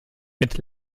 mit